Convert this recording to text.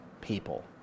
people